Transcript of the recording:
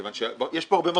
מכיוון שיש פה רבה מרכיבים.